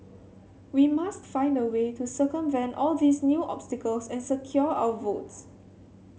we must find a way to circumvent all these new obstacles and secure our votes